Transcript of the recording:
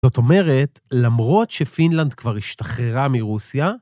זאת אומרת, למרות שפינלנד כבר השתחררה מרוסיה,